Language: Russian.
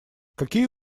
какие